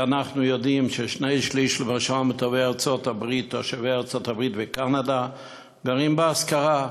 אנחנו יודעים ששני-שלישים מתושבי ארצות-הברית וקנדה גרים בשכירות.